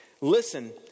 Listen